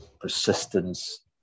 persistence